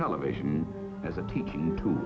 elevision as a teaching tool